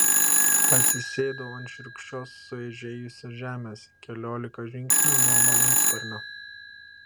atsisėdau ant šiurkščios sueižėjusios žemės keliolika žingsnių nuo malūnsparnio